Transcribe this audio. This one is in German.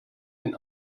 den